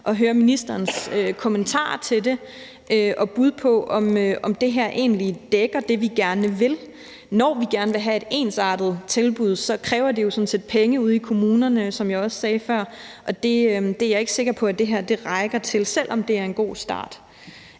at høre ministerens kommentar til det og bud på, om det her egentlig dækker det, vi gerne vil. Når vi gerne vil have et ensartet tilbud, kræver det jo sådan set også, at der er penge ude i kommunerne, som jeg også sagde før, og det er jeg ikke sikker på at det her rækker til, selv om det er en god start.